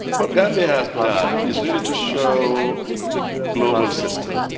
what gambia has done is really to show the global system